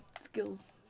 Skills